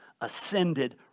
ascended